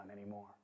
anymore